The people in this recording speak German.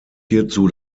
hierzu